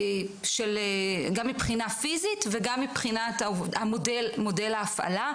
גם מבחינה פיזית וגם מבחינת מודל ההפעלה,